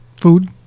food